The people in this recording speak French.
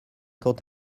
quant